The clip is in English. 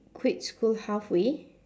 quit school halfway